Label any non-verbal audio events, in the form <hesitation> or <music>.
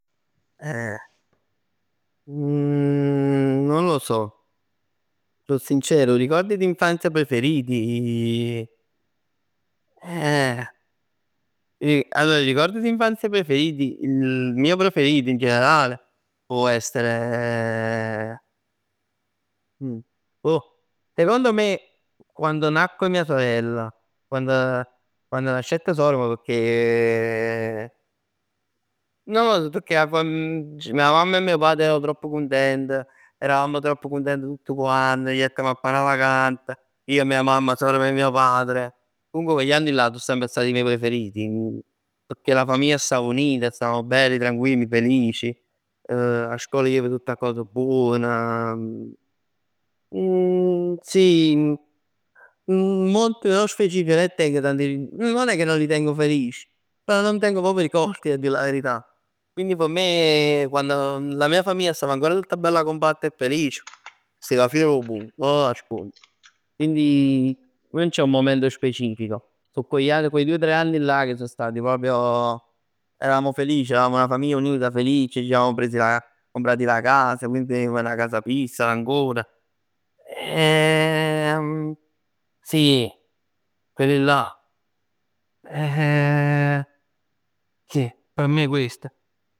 Eh, <hesitation> non lo so. Sò sincero. I ricordi di infazia preferiti. <hesitation> Allora i ricordi di infanzia preferiti, il mio preferito in generale, può essere <hesitation> boh. Secondo me quando nacque mia sorella, quand quando nascett sorm pecchè <hesitation> non lo so, pecchè <hesitation> mia mamma e mio padre erano tropp cuntent, eravamo tropp cuntent tutt quant, jettm 'a fa na vacanza, ij, mia mamma, sorm e mio padre. Comunque quegli anni là so semp stati i miei preferiti, pecchè la famiglia stava unita, stavamo belli tranquilli felici, 'a scol jev tutt cos buon. <hesitation> Sì <hesitation> molti nello specifico nun 'e teng tant, nun è 'ca non li tengo felici, però non tengo proprio ricordi a dì la verità. Quindi p' me quando la mia famiglia stava ancora tutta bella compatta e felice stev 'a fine dò munn non lo nascondo. Quindi non c'è un momento specifico, so quegli anni, quei due tre anni là che so stati proprio, eravamo felici, eravamo una famiglia unita e felice, ci siamo presi la, comprati la casa. Quindi tenevo una casa fissa ad Ancona, <hesitation> sì, quelli là. <hesitation> Sì p' me questo è.